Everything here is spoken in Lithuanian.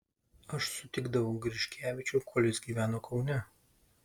aš sutikdavau griškevičių kol jis gyveno kaune